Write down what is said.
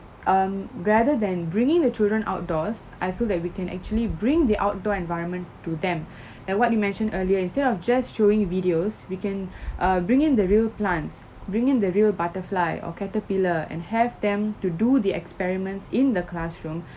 um rather than bringing the children outdoors I feel that we can actually bring the outdoor environment to them like what you mentioned earlier instead of just showing videos we can err bring in the real plants bring in the real butterfly or caterpillar and have them to do the experiments in the classroom